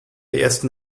ersten